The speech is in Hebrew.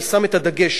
אני שם את הדגש,